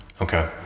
Okay